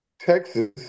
Texas